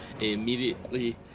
immediately